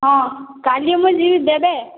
ହଁ କାଲି ମୁଁ ଯିବି ଦେବେ